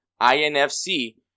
INFC